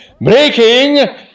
breaking